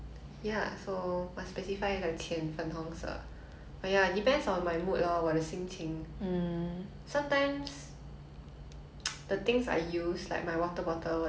sometimes the things I use like my water bottle 我的水壶 blue will be nicer but I think clothes or bags